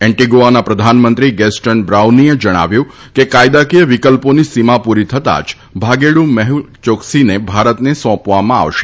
એનટીગુઆના પ્રધાનમંત્રી ગેસ્ટર્ન બ્રાઉનીએ જણાવ્યું છે કે કાયદાકીય વિકલ્પોની સીમા પુરી થતાં જ ભાગેડ મેહૂલ યોકસીને ભારતને સોંપવામાં આવશે